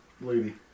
lady